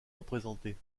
représentés